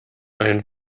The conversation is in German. ein